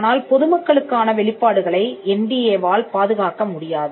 ஆனால் பொதுமக்களுக்கான வெளிப்பாடுகளை என்டிஏ வால் பாதுகாக்க முடியாது